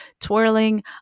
twirling